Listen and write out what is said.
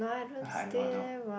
I know I know